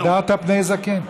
והדרת פני זקן.